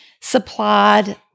supplied